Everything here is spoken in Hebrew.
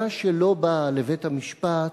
על המדינה שלא באה לבית-המשפט